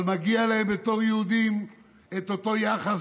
אבל מגיע להם בתור יהודים את אותם יחס